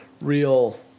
real